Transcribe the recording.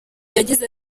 yagize